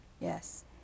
Yes